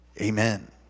amen